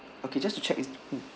okay just to check with mm